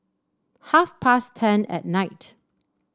half past ten at night